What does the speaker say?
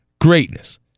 greatness